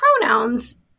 Pronouns